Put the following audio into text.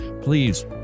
please